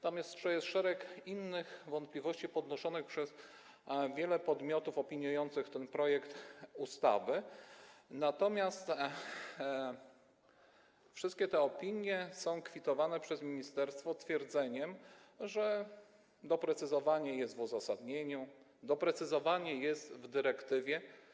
Tam jest jeszcze szereg innych wątpliwości podnoszonych przez wiele podmiotów opiniujących ten projekt ustawy, natomiast wszystkie te opinie są kwitowane przez ministerstwo twierdzeniem, że doprecyzowanie jest w uzasadnieniu, doprecyzowanie jest w dyrektywie.